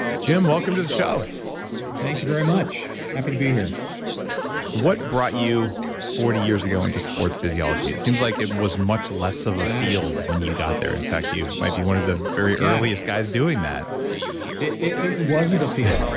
jim welcome to the show thank you very much. happy to be here what brought you forty years ago into sports physiology? it seems like it was much less of a field when you got there. in fact you might be one of the very earliest guys doing that it it wasn't a field.